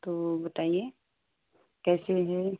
तो बताइए कैसे हैं